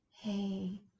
hey